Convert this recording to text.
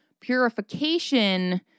purification